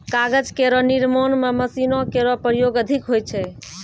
कागज केरो निर्माण म मशीनो केरो प्रयोग अधिक होय छै